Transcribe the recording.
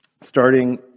starting